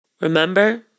Remember